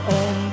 on